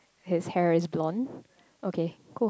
his hair is blonde okay cool